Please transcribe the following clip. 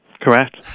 Correct